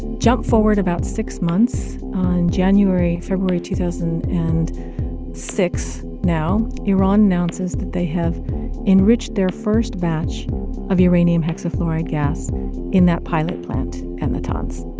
jump forward about six months on january, february two thousand and six now. iran announces that they have enriched their first batch of uranium hexafluoride gas in that pilot plant in and natanz.